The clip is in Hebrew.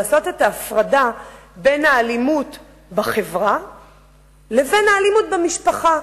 לעשות את ההפרדה בין האלימות בחברה לבין האלימות במשפחה.